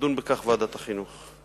תדון בכך ועדת החינוך.